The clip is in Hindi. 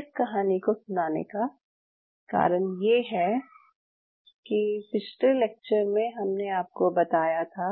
इस कहानी को सुनाने का कारण ये है कि पिछले लेक्चर में हमने आपको बताया था